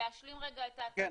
להשלים את ההצגה?